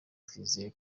twizeye